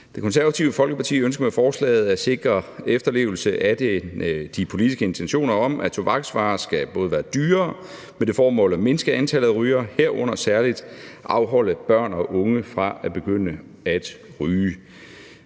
Det Konservative Folkeparti ønsker med forslaget at sikre efterlevelse af de politiske intentioner om, at tobaksvarer skal være dyrere med det formål at mindske antallet af rygere, herunder særlig afholde børn og unge fra at begynde at ryge.